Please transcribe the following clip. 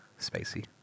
spacey